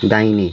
दाहिने